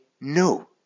no